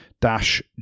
Dash